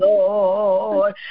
Lord